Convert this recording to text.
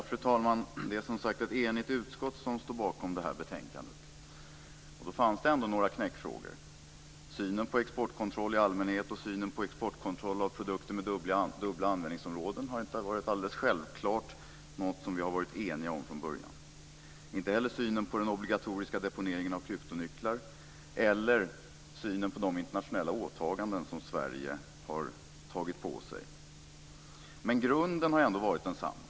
Fru talman! Det är som sagt ett enigt utskott som står bakom betänkandet, men det fanns ändå några knäckfrågor. Synen på exportkontroll i allmänhet och synen på exportkontroll av produkter med dubbla användningsområden har inte alldeles självklart varit något som vi har varit eniga om från början - inte heller synen på den obligatoriska deponeringen av kryptonycklar eller synen på de internationella åtaganden som Sverige har tagit på sig. Grunden har ändå varit den samma.